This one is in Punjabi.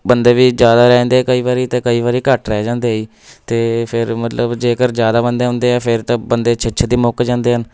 ਬੰਦੇ ਵੀ ਜ਼ਿਆਦਾ ਰਹਿੰਦੇ ਕਈ ਵਾਰੀ ਅਤੇ ਕਈ ਵਾਰੀ ਘੱਟ ਰਹਿ ਜਾਂਦੇ ਏ ਜੀ ਅਤੇ ਫਿਰ ਮਤਲਬ ਜੇਕਰ ਜ਼ਿਆਦਾ ਬੰਦੇ ਹੁੰਦੇ ਆ ਫਿਰ ਤਾਂ ਬੰਦੇ ਛੇਤੀ ਛੇਤੀ ਮੁੱਕ ਜਾਂਦੇ ਹਨ